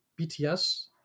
BTS